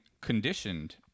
conditioned